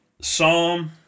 Psalm